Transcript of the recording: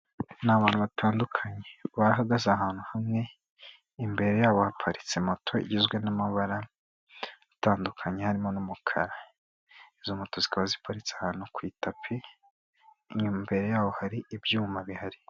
Ni abantu batandukanye bahagaze ahantu hamwe, imbere yabo haparitse moto igizwe n'amabara atandukanye harimo n'umukara, izo moto zikaba ziparitse ahantu ku itapi, imbere yaho hari ibyuma bihari.